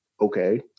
Okay